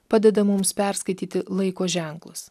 padeda mums perskaityti laiko ženklus